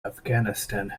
afghanistan